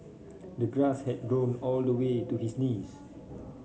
the grass had grown all the way to his knees